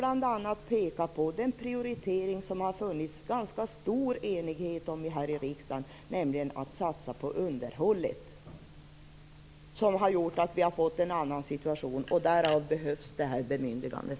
Jag vill peka på en prioritering som det har funnits ganska stor enighet om här i riksdagen, nämligen att satsa på underhållet. Det har gjort att vi har fått en annan situation, och därför behövs det här bemyndigandet.